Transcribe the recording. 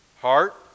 Heart